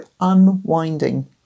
unwinding